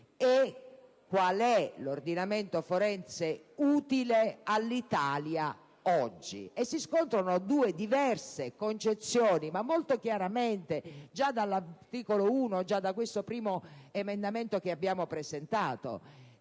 quale sia l'ordinamento forense utile all'Italia oggi; si scontrano due diverse concezioni, molto chiaramente, già sull'articolo 1 da questo primo emendamento presentato.